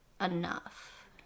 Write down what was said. enough